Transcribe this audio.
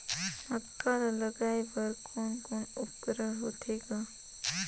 मक्का ला लगाय बर कोने कोने उपकरण होथे ग?